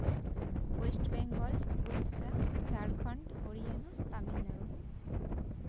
West Bengal Odisha Jharkhand Haryana Tamil Nadu